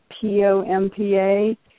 P-O-M-P-A